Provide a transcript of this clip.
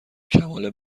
کمال